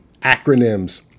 acronyms